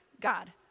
God